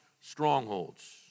strongholds